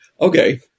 okay